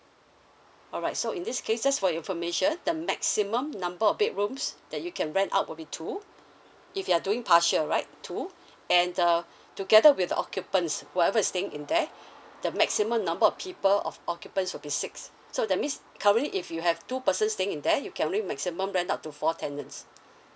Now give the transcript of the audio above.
all right so in this case just for your information the maximum number of bedrooms that you can rent out will be two if you are doing partial right two and uh together with the occupants whoever is staying in there the maximum number of people of occupants will be six so that means currently if you have two person staying in there you can only maximum rent out to four tenants